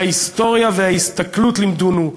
"ההיסטוריה וההסתכלות לימדונו,